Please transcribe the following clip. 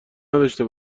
نداشته